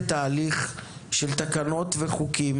בתהליך של תקנות וחוקים